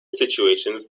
situations